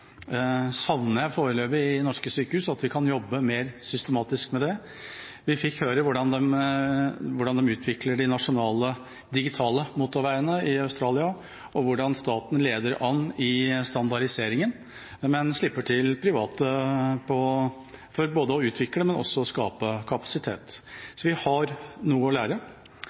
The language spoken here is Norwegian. savner jeg foreløpig i norske sykehus, at vi kan jobbe mer systematisk med det. Vi fikk høre hvordan de utvikler de nasjonale digitale motorveiene i Australia, og hvordan staten leder an i standardiseringen, men slipper til private for både å utvikle og skape kapasitet. Så vi har noe å lære.